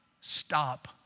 Stop